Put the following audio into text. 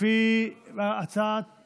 הוועדה